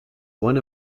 one